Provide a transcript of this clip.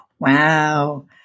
Wow